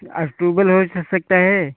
October हो सकता है